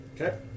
Okay